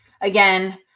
Again